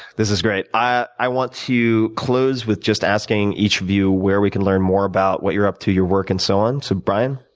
this is great. i i want to close with just asking each of you where we can learn more about what you're up to, your work and so on. so brian?